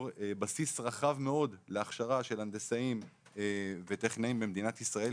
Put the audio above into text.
בסיס רחב מאוד להכשרה של הנדסאים וטכנאים במדינת ישראל,